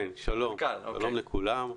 שלום לכולם,